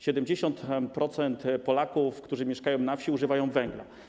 70% Polaków, którzy mieszkają na wsi, używa węgla.